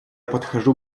подхожу